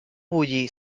bullir